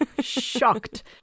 shocked